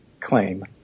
claim